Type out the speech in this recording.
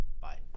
bye